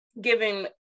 giving